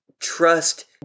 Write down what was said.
trust